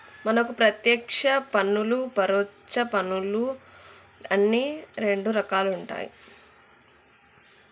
మనకు పత్యేక్ష పన్నులు పరొచ్చ పన్నులు అని రెండు రకాలుంటాయి